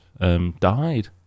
Died